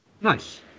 nice